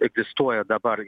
egzistuoja dabar